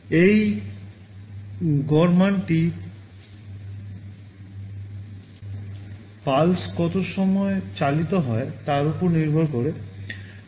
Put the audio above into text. এই গড় মানটি pulse কত সময় চালিত হয় তার উপর নির্ভর করে